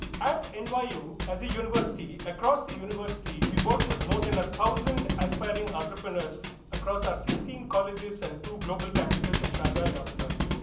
at and nyu, as a university, across the university, we work with more than a thousand aspiring entrepreneurs across our sixteen colleges and two global campuses in shanghai and abu dhabi.